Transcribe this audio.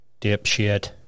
dipshit